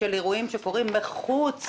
של אירועים שקורים מחוץ